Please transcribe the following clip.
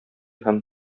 һәм